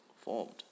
formed